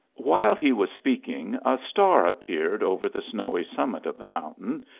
while he was speaking a star appeared over the snowy summit of the mountain,